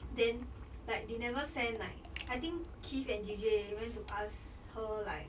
then like they never send like I think keith and jay jay went to ask her like